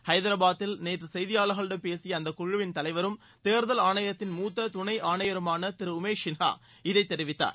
ஐதராபாதில் நேற்று செய்தியாளர்களிடம் பேசிய அந்த குழுவிள் தலைவரும் தேர்தல் ஆணையத்தின் மூத்த துணை ஆணையருமான திரு உமேஷ் சின்ஹா இதைத் தெரிவித்தார்